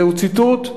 זהו ציטוט,